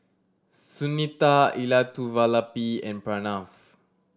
Sunita Elattuvalapil and Pranav